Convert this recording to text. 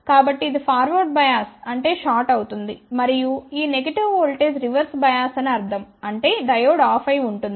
కాబట్టి ఇది forward bias అంటే షార్ట్ అవుతుంది మరియు ఈ నెగటివ్ ఓల్టేజ్ రివర్స్ బయాస్ అని అర్ధం అంటే డయోడ్ ఆఫ్ అయి ఉంటుంది